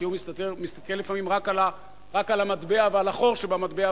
כי הוא מסתכל לפעמים רק על המטבע ועל החור שבמטבע,